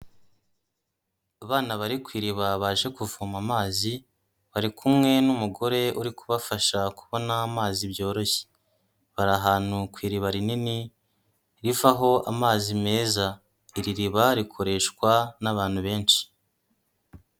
Abana bari ku iriba baje kuvoma amazi, bari kumwe n'umugore uri kubafasha kubona amazi byoroshye. Bari ahantu ku iriba rinini, rivaho amazi meza. Iri riba, rikoreshwa n'abantu benshi.